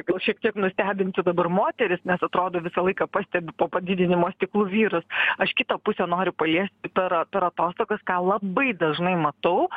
gal šiek tiek nustebinsiu dabar moteris nes atrodo visą laiką pastebiu po padidinimo stiklu vyrus aš kitą pusę noriu paliesti per per atostogas ką labai dažnai matau